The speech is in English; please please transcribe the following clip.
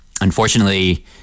Unfortunately